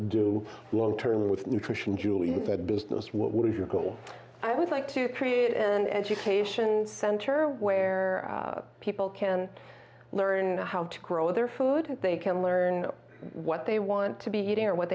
do long term with nutrition julie that business what would you call i would like to create and and your cation center where people can learn how to grow their food they can learn what they want to be eating or what